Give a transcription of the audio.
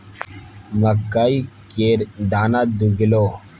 मकइ केर दाना दुधेलौ?